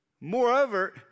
Moreover